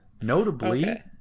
notably